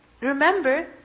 remember